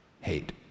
hate